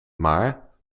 maar